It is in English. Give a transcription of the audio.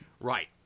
Right